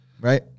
Right